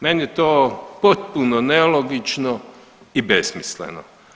Meni je to potpuno nelogično i besmisleno.